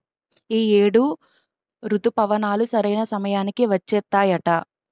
ఈ ఏడు రుతుపవనాలు సరైన సమయానికి వచ్చేత్తాయట